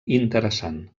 interessant